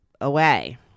away